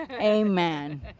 Amen